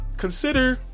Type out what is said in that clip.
Consider